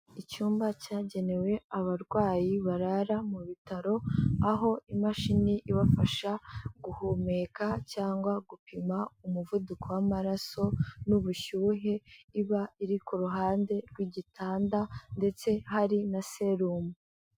Icyumba cyagenewe abarwayi barara mu bitaro, aho imashini ibafasha guhumeka cyangwa gupima umuvuduko w'amaraso n'ubushyuhe, iba iri ku ruhande rw'igitanda ndetse hari na serumu.